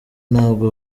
ntabwo